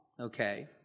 Okay